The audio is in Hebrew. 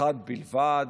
ואחד בלבד,